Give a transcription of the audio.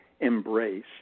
embrace